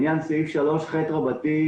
כתוב שאחרי שרשות הרישוי מקבלת את הבקשה,